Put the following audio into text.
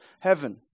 heaven